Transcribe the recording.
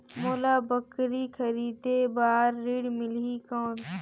मोला बकरी खरीदे बार ऋण मिलही कौन?